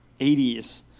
80s